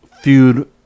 Feud